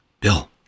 bill